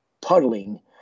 puddling